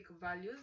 values